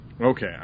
Okay